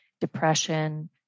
depression